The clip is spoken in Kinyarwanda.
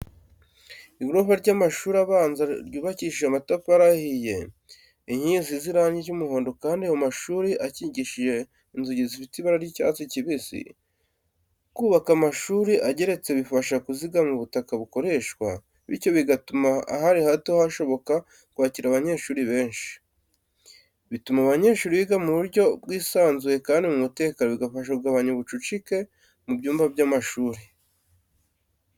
Igorofa ry'amashuri abanza ryubakishije amatafari ahiye, inkingi zisize irangi ry'umuhondo kandi ayo mashuri akingishije inzugi zifite ibara ry'icyatsi kibisi. Kubaka amashuri ageretse bifasha kuzigama ubutaka bukoreshwa, bityo bigatuma ahari hato hashoboka kwakira abanyeshuri benshi. Bituma abanyeshuri biga mu buryo bwisanzuye kandi mu mutekano, bigafasha kugabanya ubucucike mu byumba by’amashuri.